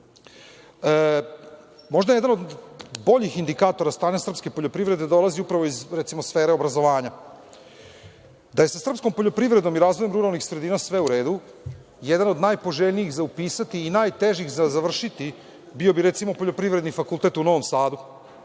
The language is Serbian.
je jedan od boljih indikatora stanja srpske poljoprivrede dolazi upravo iz sfere obrazovanja. Da je sa srpskom poljoprivredom i razvojem ruralnih sredina sve u redu, jedan od najpoželjnijih za upisati i najtežih za završiti bio bi recimo Poljoprivredni fakultet u Novom Sadu.